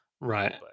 Right